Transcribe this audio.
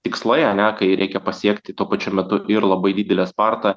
tikslai ane kai reikia pasiekti tuo pačiu metu ir labai didelę spartą